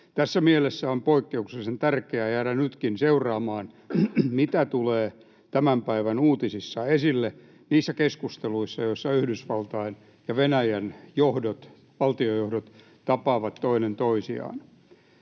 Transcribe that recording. Tässä mielessä on poikkeuksellisen tärkeää jäädä nytkin seuraamaan, mitä tulee tämän päivän uutisissa esille niissä keskusteluissa, joissa Yhdysvaltain ja Venäjän valtiojohdot tapaavat toinen toisiaan.